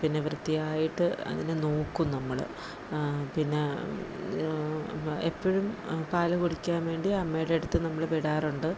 പിന്നെ വൃത്തിയായിട്ട് അതിനെ നോക്കും നമ്മള് പിന്നെ എപ്പോഴും പാല് കുടിക്കാൻ വേണ്ടി അമ്മയുടെ അടുത്ത് നമ്മള് വിടാറുണ്ട്